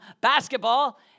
basketball